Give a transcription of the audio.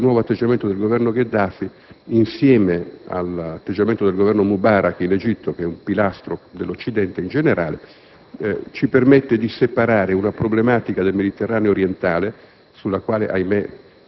proprio il nuovo atteggiamento del Governo Gheddafi, insieme a quello del Governo Mubarak in Egitto, un pilastro dell'Occidente in generale, ci permette di separare le problematiche del Mediterraneo occidentale,